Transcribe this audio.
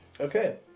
Okay